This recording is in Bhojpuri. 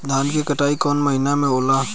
धान के कटनी कौन महीना में होला?